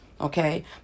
okay